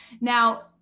Now